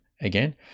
again